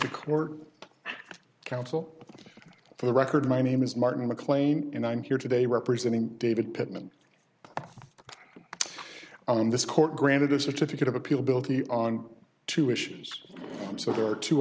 the court counsel for the record my name is martin mclean and i'm here today representing david pittman on this court granted a certificate of appeal built the on two issues so there are two